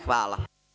Hvala.